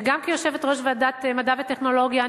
שגם כיושבת-ראש ועדת המדע והטכנולוגיה,